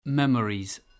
Memories